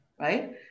Right